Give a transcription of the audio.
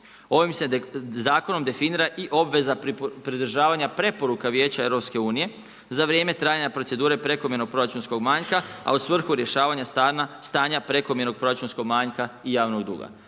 Ovim se zakonom definira i obveza pridržavanja preporuka Vijeća EU-a za vrijeme trajanja procedure prekomjernoga proračunskog manjka a u svrhu rješavanja stanja prekomjernog proračunskog manjka i javnog duga.